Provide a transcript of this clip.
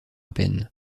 peine